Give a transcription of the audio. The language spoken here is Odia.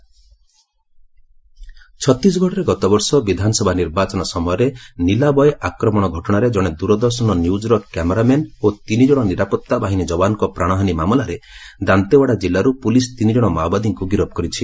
ଛତିଶଗଡ଼ ମାଓଇଷ୍ଟ ଛତିଗଡ଼ରେ ଗତବର୍ଷ ବିଧାନସଭା ନିର୍ବାଚନ ସମୟରେ ନୀଲାବୟ ଆକ୍ରମଣ ଘଟଣାରେ କଣେ ଦୂରଦର୍ଶନ ନ୍ୟୁଜ୍ର କ୍ୟାମେରା ମ୍ୟାନ୍ ଓ ତିନି ଜଣ ନିରାପତ୍ତା ବାହିନୀ ଯବାନଙ୍କ ପ୍ରାଣହାନୀ ମାମଲାରେ ଦାନ୍ତେୱାଡ଼ା ଜିଲ୍ଲାରୁ ପୁଲିସ୍ ତିନି କ୍ଷଣ ମାଓବାଦୀଙ୍କୁ ଗିରଫ୍ କରିଛି